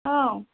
औ